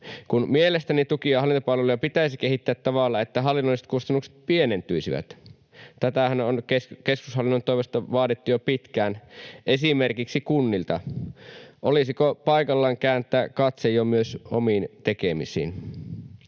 mielestäni tuki- ja hallintopalveluja pitäisi kehittää tavalla, jolla hallinnolliset kustannukset pienentyisivät — tätähän on keskushallinnon toimesta vaadittu jo pitkään esimerkiksi kunnilta. Olisiko jo paikallaan kääntää katse myös omiin tekemisiin?